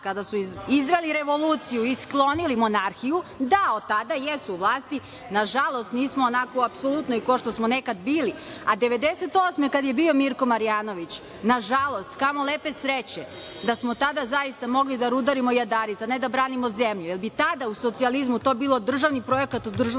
kada su izveli revoluciju i sklonili monarhiju, da od tada jesu vlasti, nažalost nismo onako apsolutni kao što smo nekad bili, a 1998. godine kad je bio Mirko Marjanović, nažalost, kamo lepe sreće, da smo tada zaista mogli da rudarimo jadarit, a ne da branimo zemlju. Tada u socijalizmu to bi bilo državni projekat o državnoj